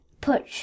put